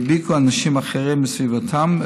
והדביקו אנשים אחרים בסביבתם,